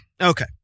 Okay